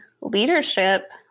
leadership